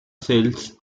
cells